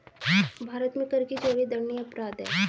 भारत में कर की चोरी दंडनीय अपराध है